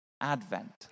Advent